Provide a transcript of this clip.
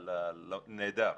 נהדר.